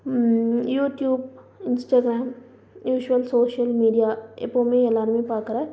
YouTube Instagram usual social media எப்போவுமே எல்லாருமே பார்க்கற